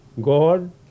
God